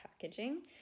packaging